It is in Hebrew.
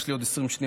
יש לי עוד 20 שניות,